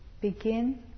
begin